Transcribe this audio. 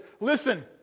listen